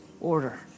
Order